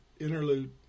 Interlude